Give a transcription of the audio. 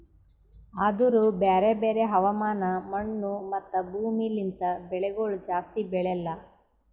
ಆದೂರು ಬ್ಯಾರೆ ಬ್ಯಾರೆ ಹವಾಮಾನ, ಮಣ್ಣು, ಮತ್ತ ಭೂಮಿ ಲಿಂತ್ ಬೆಳಿಗೊಳ್ ಜಾಸ್ತಿ ಬೆಳೆಲ್ಲಾ